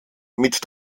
mit